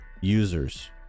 users